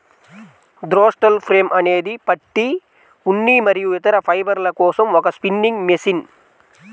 throstle frame అనేది పత్తి, ఉన్ని మరియు ఇతర ఫైబర్ల కోసం ఒక స్పిన్నింగ్ మెషిన్